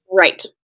Right